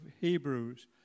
Hebrews